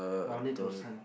or need to sign up